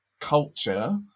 culture